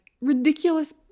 ridiculous